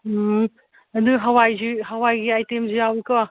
ꯎꯝ ꯑꯗꯨ ꯍꯋꯥꯏꯁꯨ ꯍꯋꯥꯏꯒꯤ ꯑꯥꯏꯇꯦꯝꯁꯨ ꯌꯥꯎꯏꯀꯣ